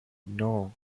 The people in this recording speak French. non